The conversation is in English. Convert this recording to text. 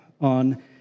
on